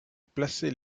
placer